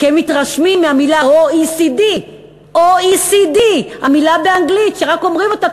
כי הם מתרשמים מהמילה OECD. OECD. המילה באנגלית שרק אומרים אותה,